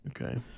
okay